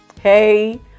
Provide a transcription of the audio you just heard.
Hey